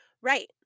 Right